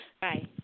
Bye